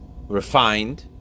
refined